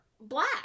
black